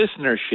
listenership